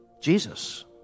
Jesus